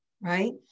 Right